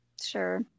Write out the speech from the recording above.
sure